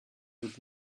would